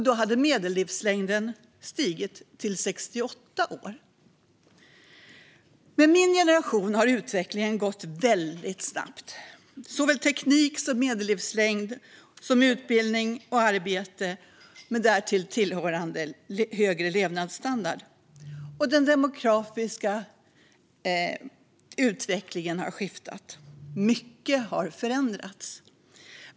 Då hade medellivslängden stigit till 68 år. Med min generation har utvecklingen gått väldigt snabbt för såväl teknik som medellivslängd, utbildning och arbete med tillhörande högre levnadsstandard. Den demografiska utvecklingen har skiftat. Mycket har förändrats.